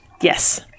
Yes